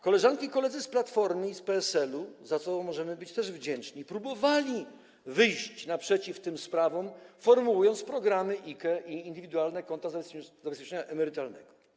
Koleżanki i koledzy z Platformy i z PSL-u, za co możemy być wdzięczni, próbowali wyjść naprzeciw tym sprawom, formułując programy: IKE i „Indywidualne konta zabezpieczenia emerytalnego”